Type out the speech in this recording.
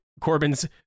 Corbyn's